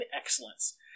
excellence